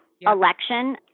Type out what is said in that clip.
election